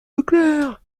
leclerc